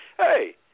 hey